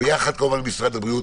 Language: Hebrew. ביחד כמובן עם משרד הבריאות,